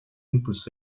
импульс